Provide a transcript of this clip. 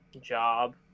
job